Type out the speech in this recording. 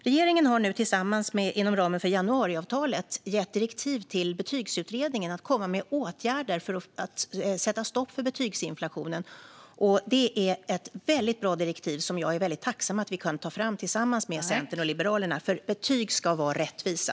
Regeringen har nu inom ramen för januariavtalet gett direktiv till Betygsutredningen att komma med åtgärder för att sätta stopp för betygsinflationen. Det är ett väldigt bra direktiv, som jag är tacksam för att vi har kunnat ta fram tillsammans med Centern och Liberalerna. Betyg ska vara rättvisa.